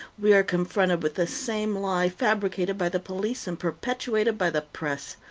we are confronted with the same lie, fabricated by the police and perpetuated by the press.